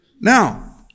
Now